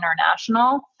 International